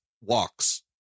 walks